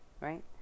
right